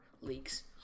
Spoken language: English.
leaks